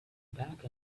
back